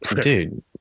Dude